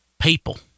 people